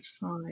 five